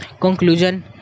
Conclusion